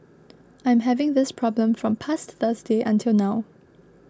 I'm having this problem from past Thursday until now